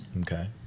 Okay